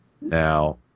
Now